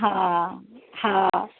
હા હા